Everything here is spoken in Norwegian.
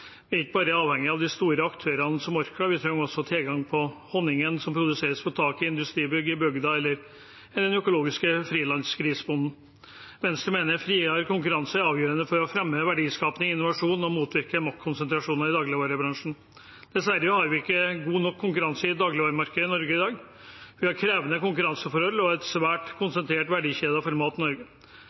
Vi er ikke bare avhengige av de store aktørene som Orkla. Vi trenger også tilgang på honningen som produseres på taket på industribygget i bygda, eller den økologiske frilandsgrisebonden. Venstre mener at en friere konkurranse er avgjørende for å fremme verdiskaping og innovasjon og for å motvirke maktkonsentrasjoner i dagligvarebransjen. Dessverre har vi ikke god nok konkurranse i dagligvaremarkedet i Norge dag. Vi har krevende konkurranseforhold og en svært konsentrert verdikjede for mat i Norge.